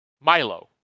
Milo